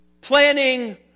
planning